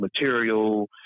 material